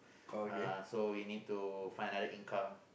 uh so we need to find another income